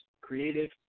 creative